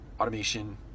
automation